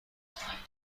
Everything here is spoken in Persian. همین